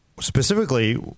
Specifically